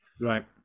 right